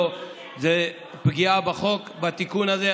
זו פגיעה בחוק, בתיקון הזה.